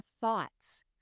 thoughts